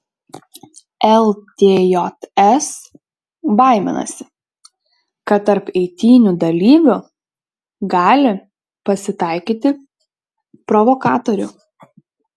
ltjs baiminasi kad tarp eitynių dalyvių gali pasitaikyti provokatorių